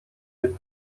żyto